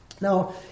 Now